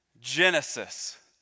Genesis